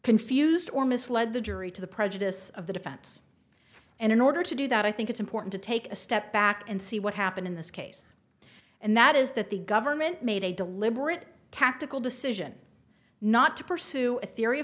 confused or misled the jury to the prejudice of the defense and in order to do that i think it's important to take a step back and see what happened in this case and that is that the government made a deliberate tactical decision not to pursue a theory